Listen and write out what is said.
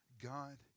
God